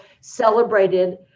celebrated